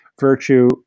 Virtue